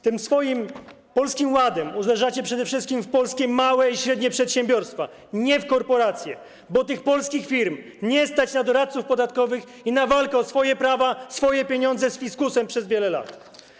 Tym swoim Polskim Ładem uderzacie przede wszystkim w polskie małe i średnie przedsiębiorstwa, nie w korporacje, bo tych polskich firm nie stać na doradców podatkowych i na walkę o swoje prawa, o swoje pieniądze z fiskusem przez wiele lat.